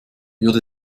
würde